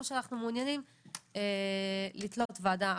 או שאנחנו מעוניינים לתלות ועדה אחרת.